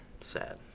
Sad